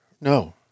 No